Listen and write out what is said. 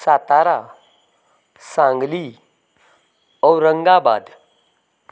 Satara Sangli Aurangabad